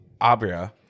Abria